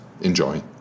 Enjoy